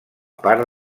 part